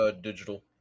digital